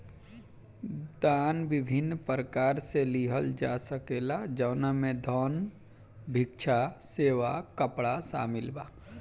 दान विभिन्न प्रकार से लिहल जा सकेला जवना में धन, भिक्षा, सेवा, कपड़ा शामिल बा